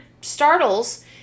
startles